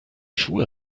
schuhe